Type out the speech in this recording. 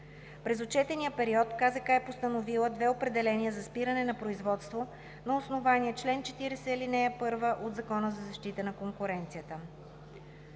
През отчетния период КЗК е постановила две определения за спиране на производството на основание чл. 40, ал. 1 от Закона за защита на конкуренцията.